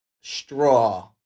straw